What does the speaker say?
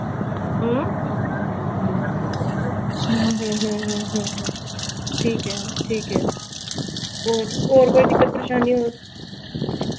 ठीक ऐ ठीक ऐ होर होर कोई दिक्कत परेशानी